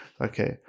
Okay